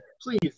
Please